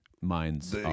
minds